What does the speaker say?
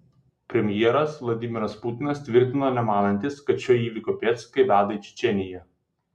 premjeras vladimiras putinas tvirtino nemanantis kad šio įvykio pėdsakai veda į čečėniją